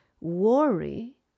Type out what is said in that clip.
Worry